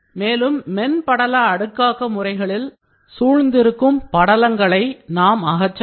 மேலும் மென் படல அடுக்காக்க முறைகளில் சூழ்ந்திருக்கும் படலங்களை நாம் அகற்ற வேண்டும்